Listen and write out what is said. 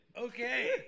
Okay